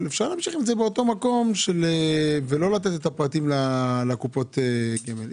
אבל אפשר להמשיך עם זה באותו אופן ולא לתת פרטים לקופות הגמל.